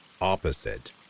opposite